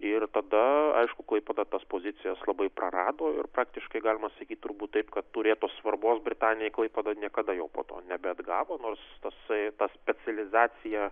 ir tada aišku klaipėda tas pozicijas labai prarado ir praktiškai galima sakyti turbūt taip kad turėtos svarbos britanijai klaipėda niekada jau po to nebeatgavo nors tasai ta specializacija